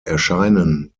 erscheinen